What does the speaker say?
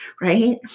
right